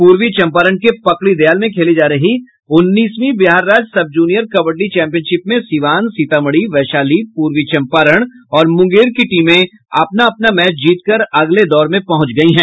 पूर्वी चंपारण के पकड़ीदयाल में खेली जा रही उन्नीसवीं बिहार राज्य सब जूनियर कबड्डी चैंपियनशिप में सिवान सीतामढ़ी वैशाली पूर्वी चंपारण और मुंगेर की टीमें अपना अपना मैच जीतकर अगले दौर में पहुंच गयी हैं